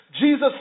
Jesus